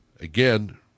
again